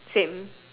same